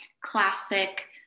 classic